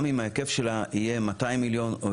גם אם ההיקף שלה יהיה 200 מיליון או